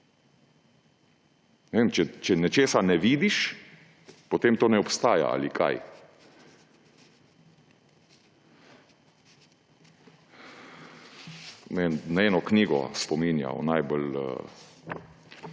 Če nečesa ne vidiš, potem to ne obstaja ali kaj? Me na eno knjigo spominja o najbolj